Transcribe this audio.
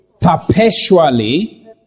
Perpetually